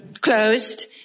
closed